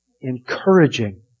encouraging